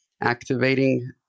activating